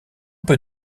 peut